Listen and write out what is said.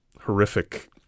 horrific